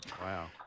Wow